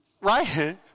right